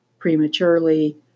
Prematurely